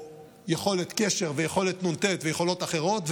קשר ויכולת נ"ט ויכולות אחרות,